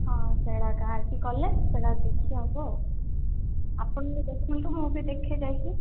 ହଁ ସେଗୁଡ଼ାକ ଆଜି ଗଲେ ସେଇଟା ଦେଖି ହେବ ଆଉ ଆପଣ ବି ଦେଖନ୍ତୁ ମୁଁ ବି ଦେଖେ ଯାଇକି